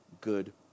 good